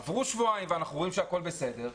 עברו שבועיים ואנחנו רואים שהכול בסדר,